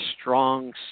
strong